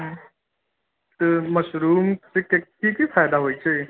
हूँ त मशरूम सँ की की फायदा होइ छै